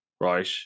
right